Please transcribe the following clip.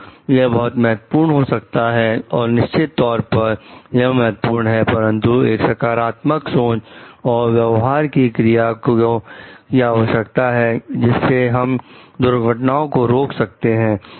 तो यह बहुत महत्वपूर्ण हो सकता है और निश्चित तौर पर यह महत्वपूर्ण है परंतु एक सकारात्मक सोच और व्यवहार की क्रिया की आवश्यकता है जिससे हम दुर्घटनाओं को रोक सकते हैं